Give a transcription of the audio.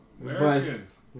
Americans